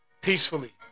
peacefully